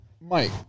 Mike